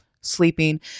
sleeping